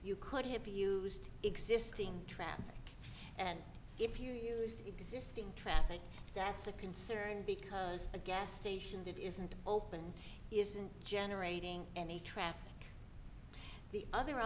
you could have used existing tram and if you use existing traffic that's a concern because a gas station that isn't open isn't generating any traffic the other